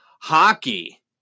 Hockey